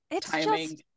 timing